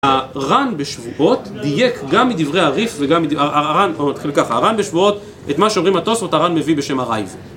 הר"ן בשבועות דייק גם מדברי הרי"ף וגם הר"ן בשבועות את מה שאומרים התוספות הר"ן מביא בשם הראי"ב